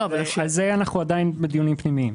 על הסוגיה הזאת אנחנו עדיין בדיונים פנימיים.